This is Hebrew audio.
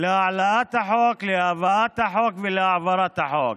להעלאת החוק, להבאת החוק ולהעברת החוק.